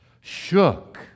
shook